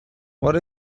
what